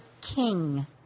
king